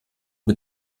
mit